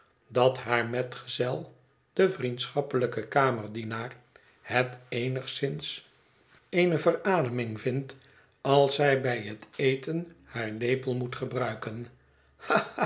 dat haar metgezel de vriendschappelijke kamerdienaar het eenigszins eene verademing vindt als zij bij het eten haar lepel moet gebruiken